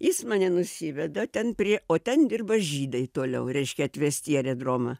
jis mane nusiveda ten prie o ten dirba žydai toliau reiškia atvesti į aerodromą